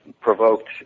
provoked